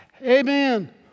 Amen